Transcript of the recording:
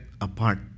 apart